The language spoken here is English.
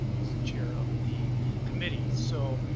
is the chair of the committee. so,